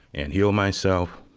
and heal myself,